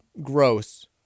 gross